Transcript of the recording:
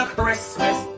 Christmas